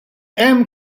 hemm